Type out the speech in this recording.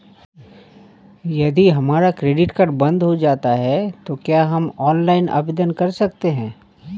यदि हमारा credit card बंद हो जाता है तो क्या हम ऑनलाइन आवेदन कर सकते हैं?